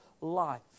life